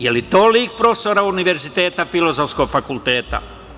Je li to lik profesora Univerziteta Filozofskog fakulteta?